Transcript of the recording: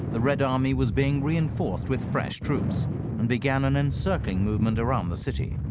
the red army was being reinforced with fresh troops and began an encircling movement around the city,